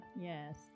Yes